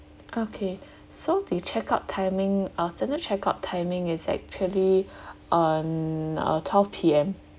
okay so the check out timing alternate checkout timing is actually on uh twelve P_M